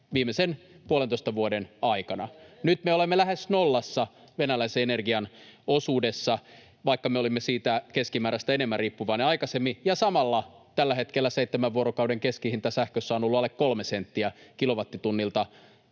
viimeisen puolentoista vuoden aikana. Nyt me olemme lähes nollassa venäläisen energian osuudessa, vaikka me olimme siitä keskimääräistä enemmän riippuvainen aikaisemmin, ja samalla tällä hetkellä seitsemän vuorokauden keskihinta sähkössä on ollut alle kolme senttiä kilowattitunnilta.